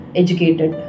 educated